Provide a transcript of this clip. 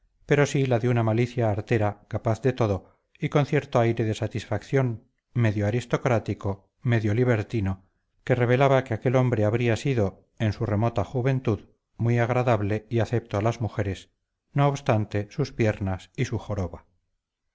pero sí la de una malicia artera capaz de todo y con cierto aire de satisfacción medio aristocrático medio libertino que revelaba que aquel hombre habría sido en su remota juventud muy agradable y acepto a las mujeres no obstante sus piernas y su joroba